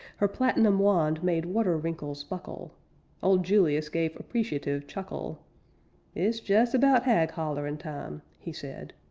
her platinum wand made water wrinkles buckle old julius gave appreciative chuckle it's jes about hag-hollerin' time, he said.